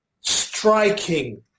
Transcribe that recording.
striking